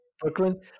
Brooklyn